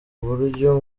buryo